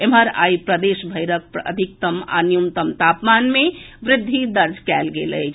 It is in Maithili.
एम्हर आइ प्रदेशभरिक अधिकतम आ न्यूनतम तापमान मे वृद्धि दर्ज कएल गेल अछि